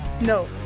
no